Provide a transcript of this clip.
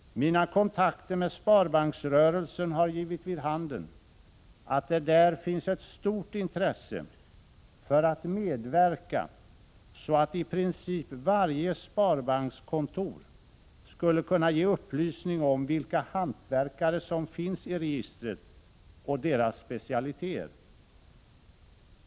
Mina kontakter med sparbanksrörelsen har givit vid handen att det där finns ett stort intresse för att medverka, så att i princip varje sparbankskontor skulle kunna ge upplysning om vilka hantverkare som finns i registret och deras specialiteter.